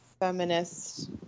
feminist